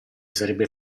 sarebbe